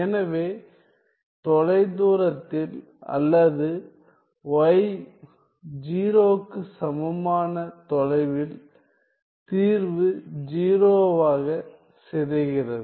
எனவே தொலைதூரத்தில் அல்லது y 0க்கு சமமான தொலைவில் தீர்வு 0 வாகச் சிதைகிறது